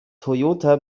toyota